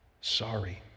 Sorry